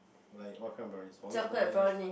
like what kind of brownies walnut brownies